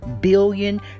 billion